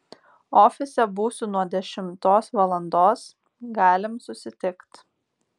ofise būsiu nuo dešimtos valandos galim susitikt